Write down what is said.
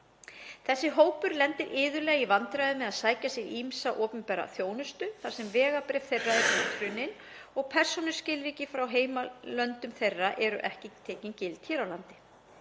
Þessi hópur lendir iðulega í vandræðum með að sækja sér ýmsa opinbera þjónustu þar sem vegabréf þeirra eru útrunnin og persónuskilríki frá heimalöndum þeirra eru ekki tekin gild hér á landi.